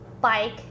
bike